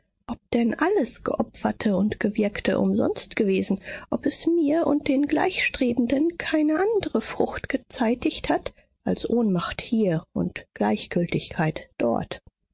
ob denn alles geopferte und gewirkte umsonst gewesen ob es mir und den gleichstrebenden keine andre frucht gezeitigt hat als ohnmacht hier und gleichgültigkeit dort